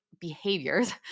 behaviors